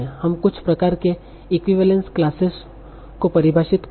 हम कुछ प्रकार के इक्विवेलेंस क्लासेस को परिभाषित कर रहे हैं